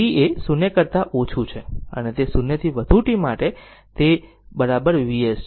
t એ 0 કરતા ઓછું છે અને તે 0 થી વધુ t માટે તે Vs છે